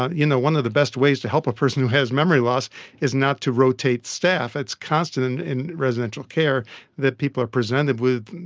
ah you know one of the best ways to help a person who has memory loss is not to rotate staff. it's constant and in residential care that people are presented with,